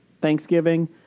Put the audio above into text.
Thanksgiving